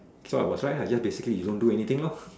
so I was right lah just basically you don't do anything lor